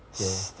okay